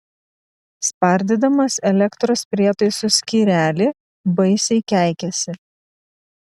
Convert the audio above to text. spardydamas elektros prietaisų skyrelį baisiai keikėsi